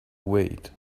wait